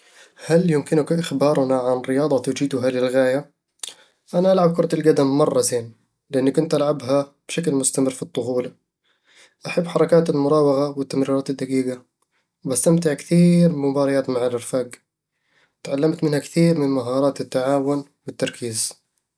هل يمكنك إخبارنا عن رياضة تجيدها للغاية؟ أنا ألعب كرة القدم مرة زين ، لأنني كنت ألعبها بشكل مستمر في الطفولة أحب حركات المراوغة والتمريرات الدقيقة، وبستمتع كثير بمباريات مع الرفاق تعلّمت منها كثير من مهارات التعاون والتركيز